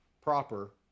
proper